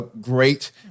great